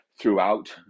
throughout